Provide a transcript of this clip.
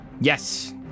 Yes